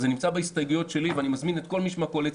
זה נמצא בהסתייגויות שלי ואני מזמין את כל מי שבקואליציה